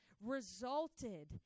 resulted